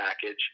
package